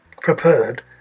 prepared